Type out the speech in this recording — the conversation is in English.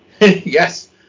Yes